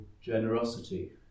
generosity